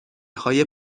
های